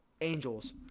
Angels